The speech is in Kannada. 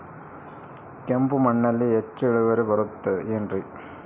ಕೆಂಪು ಮಣ್ಣಲ್ಲಿ ಹೆಚ್ಚು ಇಳುವರಿ ಬರುತ್ತದೆ ಏನ್ರಿ?